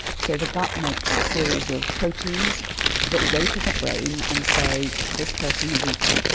so the gut makes a series of proteins that go to the brain and say this person has eaten,